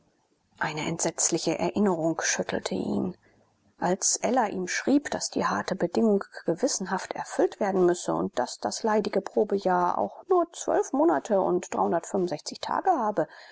eine entsetzliche erinnerung schüttelte ihn als ella ihm schrieb daß die harte bedingung gewissenhaft erfüllt werden müsse und daß das leidige probejahr auch nur zwölf monate und tage habe